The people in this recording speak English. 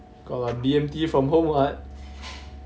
got like B_M_T from home what